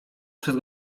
przez